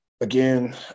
Again